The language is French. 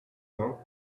vingts